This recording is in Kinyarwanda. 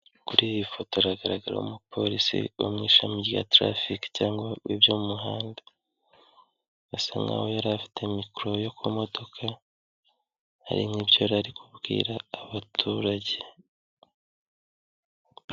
Kuri iyi foto hagaragara umupolisi wo mu ishami rya traffic cyangwa ibyo mu muhanda, asa nkaho yari afite mikoro yo ku modoka hari nk'ibyo yari kubwira abaturage.